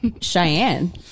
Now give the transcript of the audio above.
Cheyenne